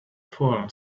fallen